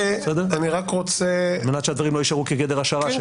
אני רק רוצה --- על מנת שהדברים לא יישארו בגדר השערה שלי.